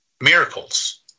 miracles